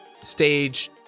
stage